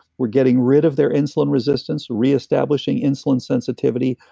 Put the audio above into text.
we're getting rid of their insulin resistance, reestablishing insulin sensitivity,